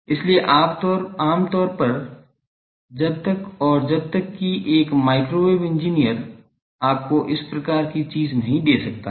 इसलिए आम तौर पर जब तक और जब तक कि एक माइक्रोवेव इंजीनियर आपको इस प्रकार की चीज नहीं दे सकता है